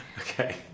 Okay